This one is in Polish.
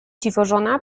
dziwożona